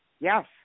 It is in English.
Yes